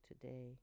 today